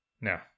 No